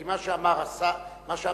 כי מה שאמר השר,